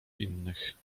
innych